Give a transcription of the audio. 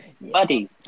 buddy